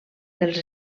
dels